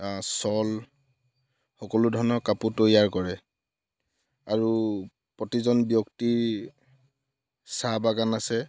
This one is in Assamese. শ্বল সকলো ধৰণৰ কাপোৰ তৈয়াৰ কৰে আৰু প্ৰতিজন ব্যক্তিৰ চাহ বাগান আছে